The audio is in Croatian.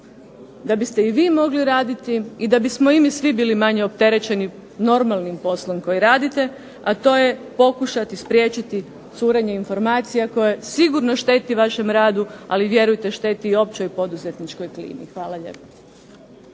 da biste i vi mogli raditi i da bismo i mi svi bili manje opterećeni normalnim poslom koji radite, a to je pokušati spriječiti curenje informacija koje sigurno šteti vašem radu, ali vjerujte i šteti općoj poduzetničkoj klimi. Hvala lijepo.